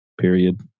period